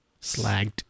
Slagged